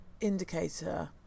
indicator